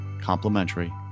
complimentary